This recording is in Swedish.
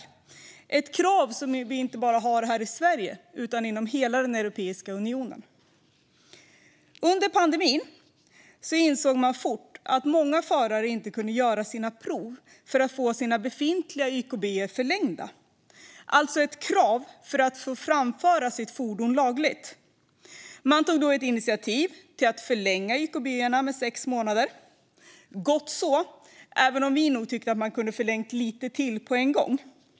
Det är ett krav som vi inte bara har här i Sverige utan i hela Europeiska unionen. Under pandemin insåg man snabbt att många förare inte skulle kunna göra sina prov för att få sina befintliga YKB förlängda, alltså ett krav för att få framföra sitt fordon lagligt. Man tog då ett initiativ till att förlänga YKB med sex månader. Gott så, även om vi nog tyckte att man kunde ha förlängt lite till på en gång.